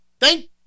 Thank